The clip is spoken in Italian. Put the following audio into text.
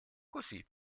così